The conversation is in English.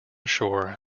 shore